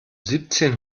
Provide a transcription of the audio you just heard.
siebzehn